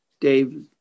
Dave